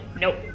nope